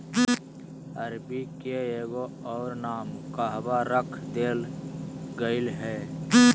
अरबी के एगो और नाम कहवा रख देल गेलय हें